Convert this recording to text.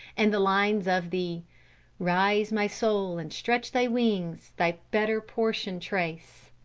and the lines of the rise, my soul, and stretch thy wings, thy better portion trace,